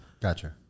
Gotcha